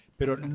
Pero